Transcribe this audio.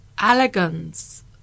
elegance